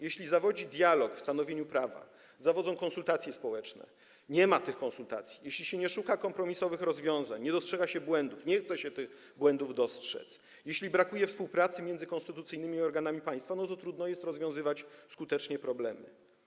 Jeśli zawodzi dialog w stanowieniu prawa, zawodzą konsultacje społeczne, nie ma tych konsultacji, jeśli nie szuka się kompromisowych rozwiązań, nie dostrzega się błędów, nie chce się tych błędów dostrzec, jeśli brakuje współpracy między konstytucyjnymi organami państwa, to trudno jest skutecznie rozwiązywać problemy.